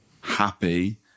happy